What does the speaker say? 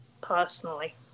personally